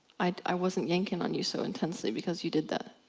i wasn't yanking on you so intensely because you did that.